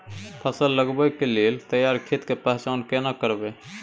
फसल लगबै के लेल तैयार खेत के पहचान केना करबै?